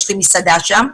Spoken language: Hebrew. יש לי מסעדה שם,